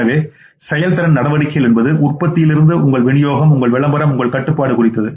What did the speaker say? எனவே செயல்திறன் நடவடிக்கைகள் என்பது உற்பத்தியில் இருந்து உங்கள் விநியோகம் உங்கள் விளம்பரம் உங்கள் கட்டுப்பாடு குறித்தது